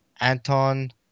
Anton